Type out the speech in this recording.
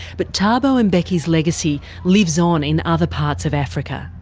but thabo and mbeki's legacy lives on in other parts of africa.